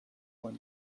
when